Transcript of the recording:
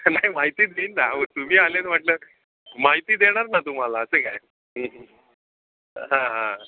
नाही माहिती देईन ना तुम्ही आले म्हटल्यावर माहिती देणार ना तुम्हाला असं काय